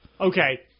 Okay